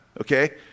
okay